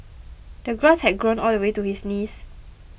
the grass had grown all the way to his knees